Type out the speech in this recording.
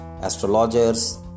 astrologers